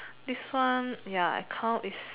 this one ya account is